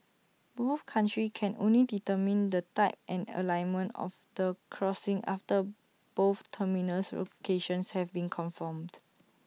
both countries can only determine the type and alignment of the crossing after both terminus locations have been confirmed